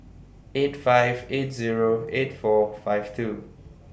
eight five eight Zero eight four five two